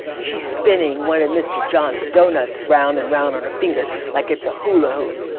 she's spinning one of mr. john's doughnuts round and round on her finger like it's a hula-hoop.